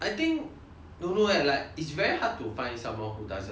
don't know leh like it's very hard to find someone who doesn't like fast food